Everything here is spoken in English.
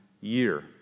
year